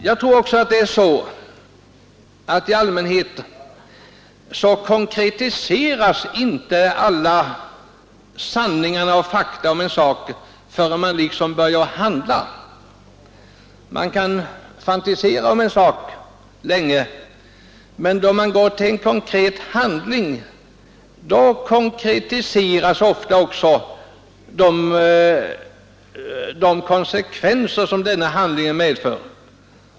Jag tror också att i allmänhet konkretiseras inte alla sanningar och fakta om en sak förrän man börjar handla, Man kan fantisera om en sak länge, men då man går till handling konkretiseras ofta också de konsekvenser som denna handling medför.